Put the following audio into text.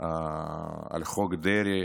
על חוק דרעי